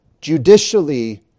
judicially